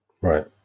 Right